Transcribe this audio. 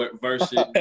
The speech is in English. versus